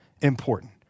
important